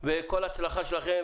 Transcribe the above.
וכל הצלחה שלכם,